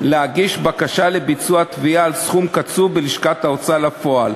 להגיש בקשה לביצוע התביעה על סכום קצוב בלשכת ההוצאה לפועל.